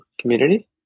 community